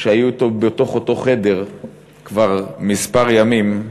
שהיו אתו באותו חדר כבר כמה ימים,